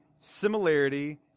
similarity